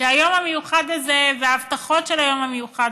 שהיום המיוחד הזה וההבטחות של היום המיוחד